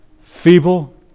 feeble